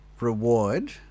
reward